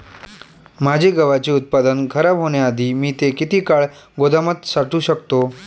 माझे गव्हाचे उत्पादन खराब होण्याआधी मी ते किती काळ गोदामात साठवू शकतो?